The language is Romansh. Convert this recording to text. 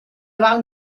val